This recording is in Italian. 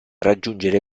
raggiungere